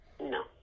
No